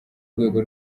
rwego